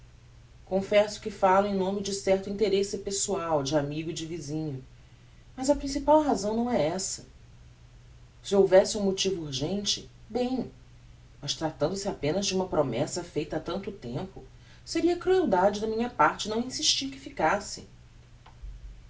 confesso que falo em nome de certo interesse pessoal de amigo e de visinho mas a principal razão não é essa se houvesse um motivo urgente bem mas tratando-se apenas de uma promessa feita ha tanto tempo seria crueldade da minha parte não insistir que ficasse